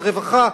על רווחה,